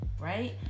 right